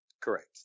correct